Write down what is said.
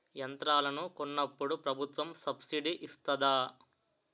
యంత్రాలను కొన్నప్పుడు ప్రభుత్వం సబ్ స్సిడీ ఇస్తాధా?